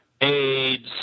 aids